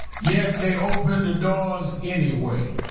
yet they opened the doors anyway.